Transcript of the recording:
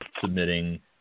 submitting